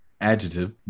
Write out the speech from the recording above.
adjective